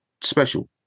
special